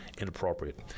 inappropriate